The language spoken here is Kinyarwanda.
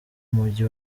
mujyi